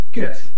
Good